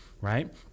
right